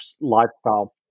lifestyle